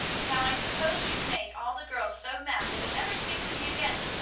now i suppose you've made all the girls so mad they will never speak to me again.